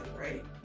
right